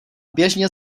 běžně